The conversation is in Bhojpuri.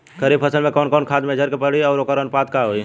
खरीफ फसल में कवन कवन खाद्य मेझर के पड़ी अउर वोकर अनुपात का होई?